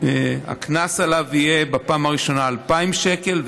הקנס עליו יהיה בפעם הראשונה 2,000 שקל,